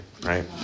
right